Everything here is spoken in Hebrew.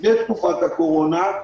לפני תקופת הקורונה,